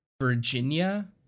virginia